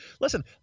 listen